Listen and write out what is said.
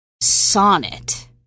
sonnet